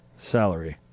Salary